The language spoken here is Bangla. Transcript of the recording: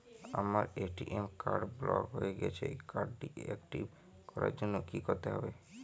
আমার এ.টি.এম কার্ড ব্লক হয়ে গেছে কার্ড টি একটিভ করার জন্যে কি করতে হবে?